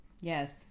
yes